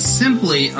simply